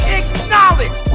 acknowledge